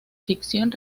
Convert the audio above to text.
ficción